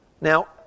Now